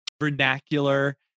vernacular